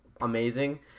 amazing